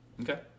okay